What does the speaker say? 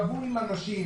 קבעו עם אנשים.